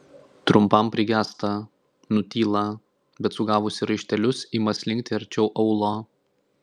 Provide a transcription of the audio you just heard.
trumpam prigęsta nutyla bet sugavusi raištelius ima slinkti arčiau aulo